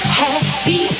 happy